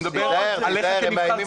אני מדבר עליך כנבחר ציבור.